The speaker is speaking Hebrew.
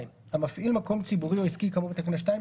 המפעיל מקום ציבורי או עסקי כאמור בתקנה 2,